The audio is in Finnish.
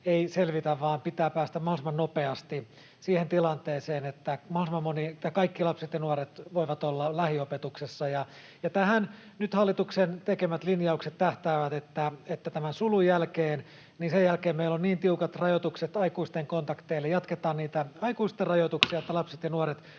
ei selvitä vaan pitää päästä mahdollisimman nopeasti siihen tilanteeseen, että kaikki lapset ja nuoret voivat olla lähiopetuksessa. Tähän hallituksen nyt tekemät linjaukset tähtäävät, että tämän sulun jälkeen meillä on niin tiukat rajoitukset aikuisten kontakteille ja jatketaan niitä aikuisten rajoituksia, [Puhemies